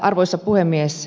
arvoisa puhemies